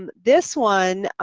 and this one,